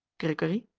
grigory.